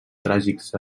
tràgics